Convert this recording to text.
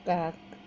uh